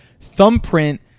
thumbprint